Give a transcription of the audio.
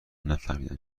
نفهمیدیم